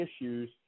issues